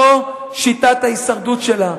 זו שיטת ההישרדות שלה.